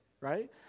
right